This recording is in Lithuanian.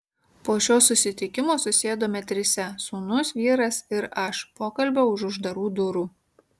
po šio susitikimo susėdome trise sūnus vyras ir aš pokalbio už uždarų durų